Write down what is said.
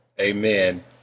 Amen